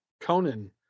conan